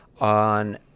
on